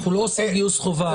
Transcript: אנחנו לא עושים גיוס חובה.